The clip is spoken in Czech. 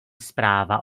zpráva